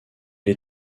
est